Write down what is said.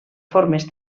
formes